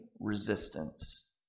resistance